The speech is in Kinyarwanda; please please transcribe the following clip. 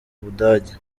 budage